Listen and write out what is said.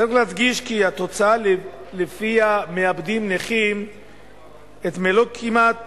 צריך להדגיש כי התוצאה שלפיה הנכים מאבדים את מלוא או כמעט